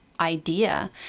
idea